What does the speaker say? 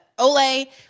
Ole